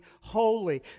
holy